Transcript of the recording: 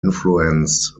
influenced